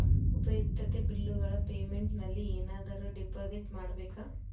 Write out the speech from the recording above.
ಉಪಯುಕ್ತತೆ ಬಿಲ್ಲುಗಳ ಪೇಮೆಂಟ್ ನಲ್ಲಿ ಏನಾದರೂ ಡಿಪಾಸಿಟ್ ಮಾಡಬೇಕಾ?